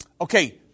Okay